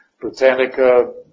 Britannica